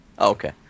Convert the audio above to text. okay